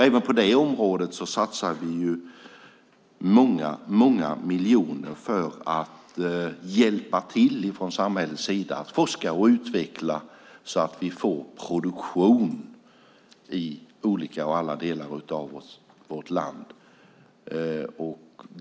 Även på det området satsar vi många miljoner för att hjälpa till från samhällets sida att forska och utveckla så att vi får produktion i alla delar av vårt land.